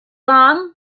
long